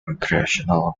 recreational